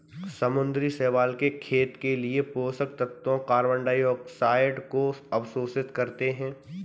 समुद्री शैवाल के खेत के लिए पोषक तत्वों कार्बन डाइऑक्साइड को अवशोषित करते है